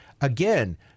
again